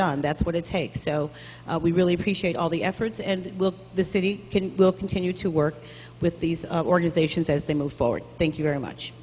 done that's what it takes so we really appreciate all the efforts and look the city will continue to work with these organizations as they move forward thank you very much